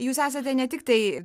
jūs esate ne tik tai